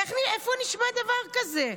איפה נשמע דבר כזה?